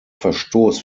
verstoß